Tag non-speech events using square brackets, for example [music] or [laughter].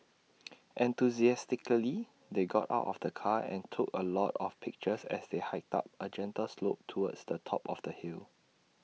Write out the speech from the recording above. [noise] enthusiastically they got out of the car and took A lot of pictures as they hiked up A gentle slope towards the top of the hill